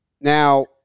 Now